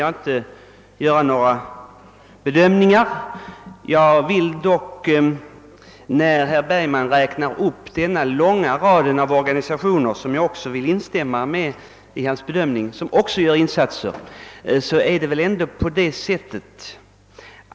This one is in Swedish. Jag vill för min del inte göra några bedömningar därvidlag. rad organisationer som också gör insatser på detta fält. Jag instämmer i herr Bergmans bedömning av dessa organisationer.